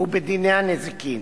ובדיני הנזיקין.